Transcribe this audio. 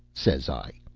says i.